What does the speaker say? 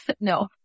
no